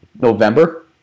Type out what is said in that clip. November